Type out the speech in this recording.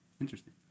Interesting